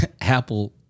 Apple